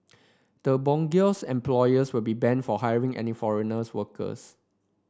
the bogus employers will be banned from hiring any foreign workers